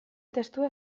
testua